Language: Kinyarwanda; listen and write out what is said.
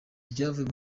ibyavuye